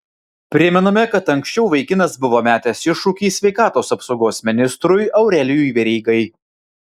primename kad anksčiau vaikinas buvo metęs iššūkį sveikatos apsaugos ministrui aurelijui verygai